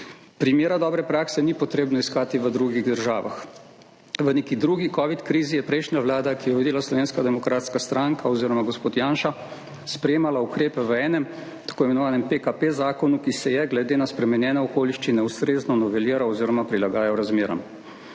Primera dobre prakse ni potrebno iskati v drugih državah. V neki drugi covid krizi je prejšnja Vlada, ki jo je vodila Slovenska demokratska stranka oziroma gospod Janša sprejemala ukrepe v enem tako imenovanem PKP zakonu, ki se je glede na spremenjene okoliščine ustrezno noveliral oziroma prilagajal razmeram.